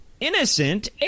innocent